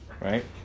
Right